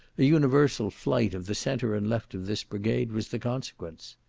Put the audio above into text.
universal flight of the centre and left of this brigade was the consequence.